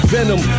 Venom